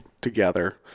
together